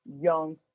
young